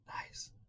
Nice